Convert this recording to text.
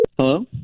Hello